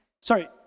Sorry